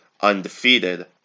undefeated